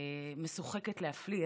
משוחקת להפליא,